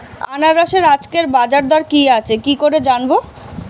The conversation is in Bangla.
আনারসের আজকের বাজার দর কি আছে কি করে জানবো?